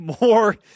more